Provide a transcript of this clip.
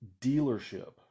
dealership